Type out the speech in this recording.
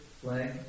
flag